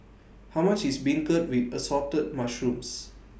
How much IS Beancurd with Assorted Mushrooms